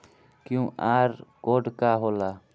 QR code का होला?